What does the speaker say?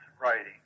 writing